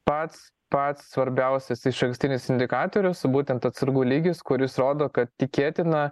pats pats svarbiausias išankstinis indikatorius būtent atsargų lygis kuris rodo kad tikėtina